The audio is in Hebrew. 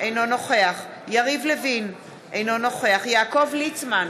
אינו נוכח יריב לוין, אינו נוכח יעקב ליצמן,